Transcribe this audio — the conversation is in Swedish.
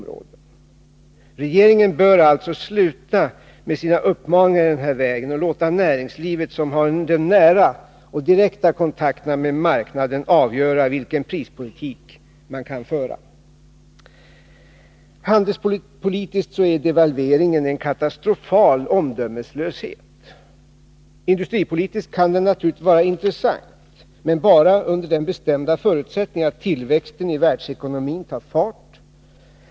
Regeringen bör alltså sluta med sina uppmaningar i den här vägen och låta näringslivet, som har nära och direkta kontakter med marknaderna, avgöra vilken prispolitik man skall föra. Handelspolitiskt är devalveringen en katastrofal omdömeslöshet. Industripolitiskt kan den naturligtvis vara intressant, men bara under den bestämda förutsättningen att tillväxten i världsekonomin tar fart.